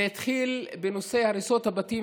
זה התחיל בנושא הריסות הבתים,